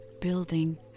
Building